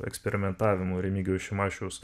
eksperimentavimų remigijaus šimašiaus